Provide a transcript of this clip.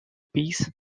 peace